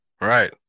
right